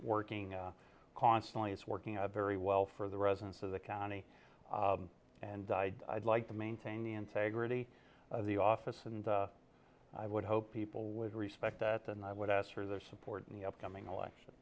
working constantly it's working out very well for the residents of the county and i'd like to maintain the integrity of the office and i would hope people would respect that and i would ask for their support in the upcoming election